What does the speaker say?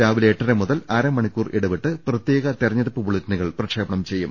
രാവിലെ എട്ടര മുതൽ അരമണിക്കൂർ ഇടവിട്ട് പ്രത്യേക തെരഞ്ഞെടുപ്പ് ബുള്ളറ്റിനു കൾ പ്രക്ഷേപണം ചെയ്യും